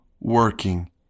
working